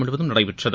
முழுவதம் நடைபெற்றது